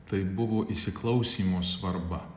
tai buvo įsiklausymo svarba